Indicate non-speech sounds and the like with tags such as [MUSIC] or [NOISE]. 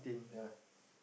ya [BREATH]